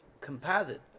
composite